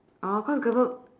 oh cause gover~